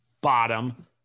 Bottom